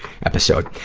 episode.